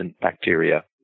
bacteria